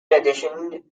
addition